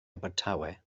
abertawe